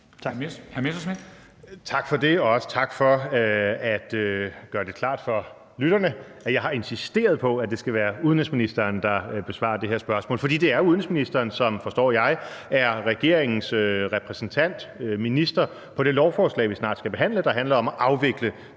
Tak for det, og også tak for at gøre det klart for lytterne, at jeg har insisteret på, at det skal være udenrigsministeren, der besvarer det her spørgsmål. For det er udenrigsministeren, som, forstår jeg, er regeringens repræsentant som minister på det lovforslag, vi snart skal behandle, der handler om at afvikle